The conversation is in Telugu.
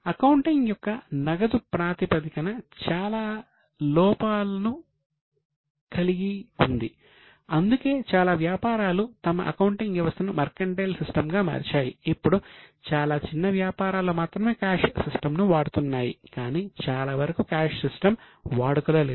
అకౌంటింగ్ యొక్క నగదు ప్రాతిపదిక చాలా లోపాలను కలిగి ఉంది అందుకే చాలా వ్యాపారాలు తమ అకౌంటింగ్ వ్యవస్థను మర్కంటైల్ సిస్టం వాడుకలో లేదు